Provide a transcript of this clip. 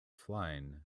flying